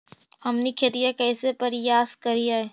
हमनी खेतीया कइसे परियास करियय?